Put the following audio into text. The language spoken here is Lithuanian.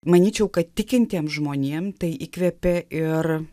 manyčiau kad tikintiem žmonėm tai įkvėpė ir